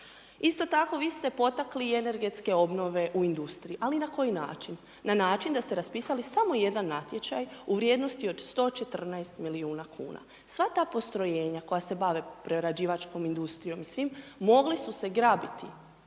Isto tako vi ste potakli i energetske obnove u industriji ali na koji način? Na način da ste raspisali samo jedan natječaj u vrijednosti od 114 milijuna kuna, sva ta postrojenja koja se bave prerađivačkom industrijom i svim, mogli su se grabiti